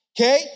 okay